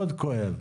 מאוד כואב.